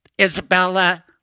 Isabella